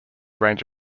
range